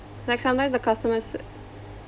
like sometimes the customer ser~